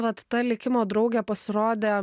vat ta likimo draugė pasirodė